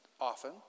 often